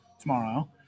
tomorrow